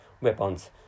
weapons